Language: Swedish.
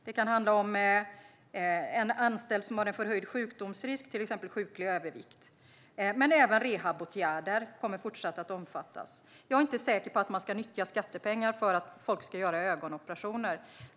Det kan handla om en anställd som har en förhöjd sjukdomsrisk, till exempel sjuklig övervikt, men även rehabåtgärder kommer fortsatt att omfattas. Jag är inte säker på att man ska nyttja skattepengar för att folk ska göra ögonoperationer.